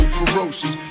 ferocious